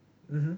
mmhmm